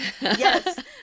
Yes